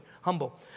humble